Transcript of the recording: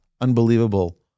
unbelievable